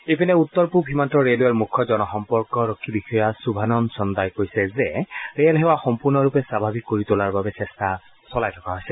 ইপিনে উত্তৰ পূব সীমান্ত ৰে'লৱেৰ মুখ্য জনসম্পৰ্কৰক্ষী বিষয়া সুভানন চন্দাই কৈছে যে ৰেল সেৱা সম্পূৰ্ণৰূপে স্বাভাৱিক কৰি তোলাৰ বাবে চেষ্টা চলাই থকা হৈছে